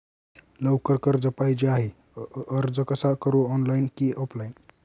लवकर कर्ज पाहिजे आहे अर्ज कसा करु ऑनलाइन कि ऑफलाइन?